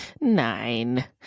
Nine